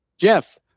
Jeff